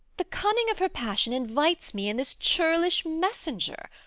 the cunning of her passion invites me in this churlish messenger.